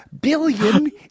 billion